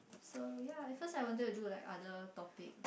so ya at first I wanted to like other topic